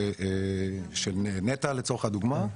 לצורך הדוגמה,